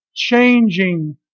changing